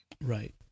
Right